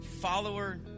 follower